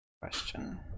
Question